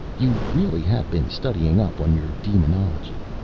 you really have been studying up on your demonology.